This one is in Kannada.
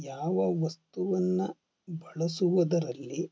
ಯಾವ ವಸ್ತುವನ್ನು ಬಳಸುವುದರಲ್ಲಿ